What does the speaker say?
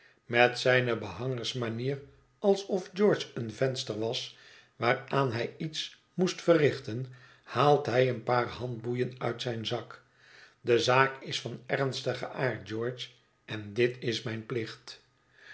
met zijne behangersmanier alsof george een venster was waaraan hij iets moest verrichten haalt hij een paar handboeien uit zijn zak de zaak is van ernstigen aard george en dit is mijn plicht